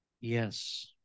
Yes